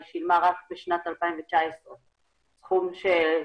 היא שילמה רק בשנת 2019 סכום שכולל